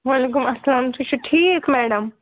وعلیکُم السلام تُہۍ چھُو ٹھیٖک میڈم